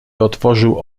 otworzył